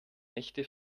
nächte